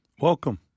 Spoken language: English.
Welcome